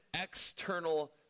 external